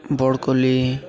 ବରକୋଳି